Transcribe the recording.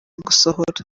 gusohora